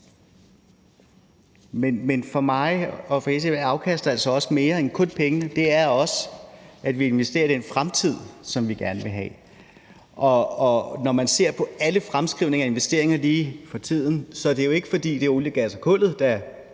men for mig og for SF er afkast altså også mere end kun pengene; det er også, at vi investerer i den fremtid, som vi gerne vil have. Og når man ser på alle fremskrivninger og investeringer lige for tiden, er det jo ikke, fordi det er olien, gassen og kullet, der